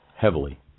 heavily